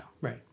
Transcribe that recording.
Right